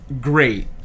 great